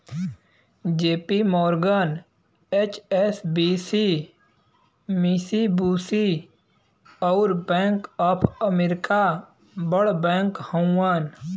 JP Morgan, HSBC, Mitsubishi, अउर bank of America बड़ bank हउवन